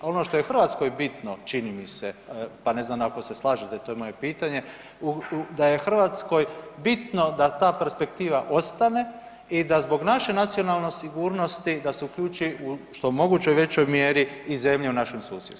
Ono što je Hrvatskoj bitno čini mi se, pa ne znam ako se slažete to je moje pitanje, da je Hrvatskoj bitno da ta perspektiva ostane i da zbog naše nacionalne sigurnosti da se uključi u što je moguće većoj mjeri i zemlje u našem susjedstvu.